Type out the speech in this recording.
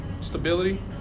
stability